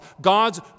God's